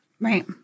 Right